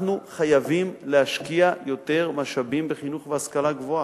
אנחנו חייבים להשקיע יותר משאבים בחינוך ובהשכלה גבוהה.